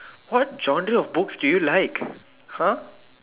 what genre of books do you like !huh!